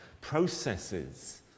processes